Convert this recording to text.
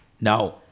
Now